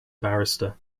barrister